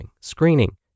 screening